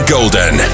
Golden